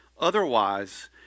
Otherwise